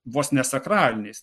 vos ne sakraliniais